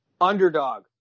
Underdog